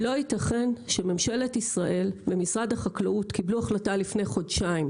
לא ייתכן שממשלת ישראל ומשרד החקלאות קיבלו החלטה לפני חודשיים,